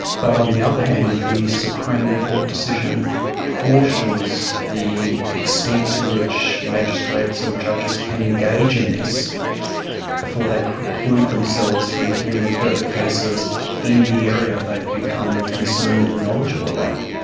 but on the other hand, the supreme court decision cautions the extent to which magistrates or so judges can engage in this before they preclude themselves from hearing further cases in the area they've become concerned and knowledgeable about.